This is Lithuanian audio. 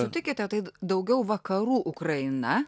sutikite tai daugiau vakarų ukraina